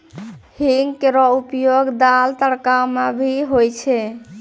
हींग केरो उपयोग दाल, तड़का म भी होय छै